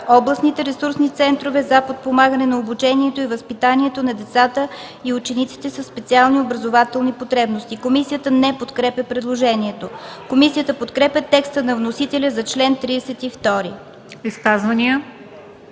„областните ресурсни центрове за подпомагане на обучението и възпитанието на децата и учениците със специални образователни потребности”. Комисията не подкрепя предложението. Комисията подкрепя текста на вносителя за чл. 32.